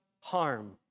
harm